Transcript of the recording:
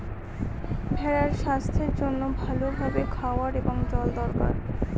ভেড়ার স্বাস্থ্যের জন্য ভালো ভাবে খাওয়ার এবং জল দরকার